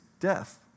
death